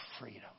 freedom